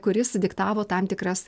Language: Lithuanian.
kuris diktavo tam tikras